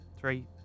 Three